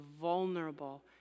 vulnerable